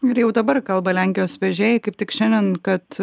ir jau dabar kalba lenkijos vežėjai kaip tik šiandien kad